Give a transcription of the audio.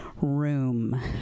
room